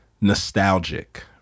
nostalgic